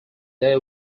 they